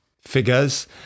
figures